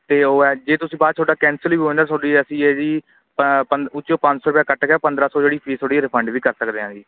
ਅਤੇ ਉਹ ਐ ਜੇ ਤੁਸੀਂ ਬਾਅਦ 'ਚ ਤੁਹਾਡਾ ਕੈਂਸਲ ਵੀ ਹੋ ਜਾਂਦਾ ਤੁਹਾਡੀ ਅਸੀਂ ਇਹਦੀ ਪੰਦ ਉਹਦੇ ਚੋਂ ਪੰਜ ਸੌ ਰੁਪਇਆ ਕੱਟ ਕੇ ਪੰਦਰਾਂ ਸੌ ਜਿਹੜੀ ਫੀਸ ਤੁਹਾਡੀ ਇਹ ਰਿਫੰਡ ਵੀ ਕਰ ਸਕਦੇ ਹੈ ਜੀ